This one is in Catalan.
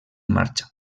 marxa